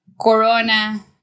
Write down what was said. Corona